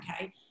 Okay